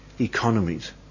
economies